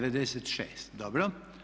96, dobro.